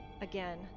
again